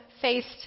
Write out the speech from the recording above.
faced